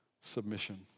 submission